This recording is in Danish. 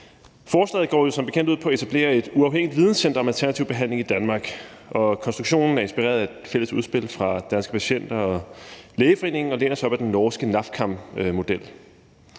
som bekendt ud på at etablere et uafhængigt videncenter med alternativ behandling i Danmark, og konstruktionen er inspireret af et fælles udspil fra Danske Patienter og Lægeforeningen og læner sig op ad den norske NAFKAM-model.